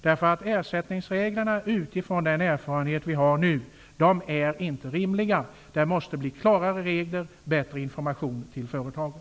Med den erfarenhet vi har nu är ersättningsreglerna inte rimliga. Det måste bli klarare regler och bättre information till företagen.